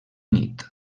nit